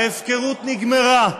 ההפקרות נגמרה.